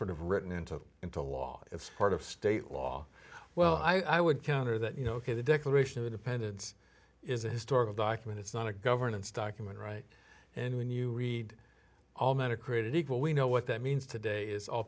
sort of written into into law as part of state law well i would counter that you know ok the declaration of independence is a historical document it's not a governance document right and when you read all men are created equal we know what that means today is all